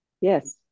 yes